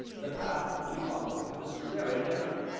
the path we followed was very narrow,